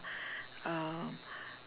uh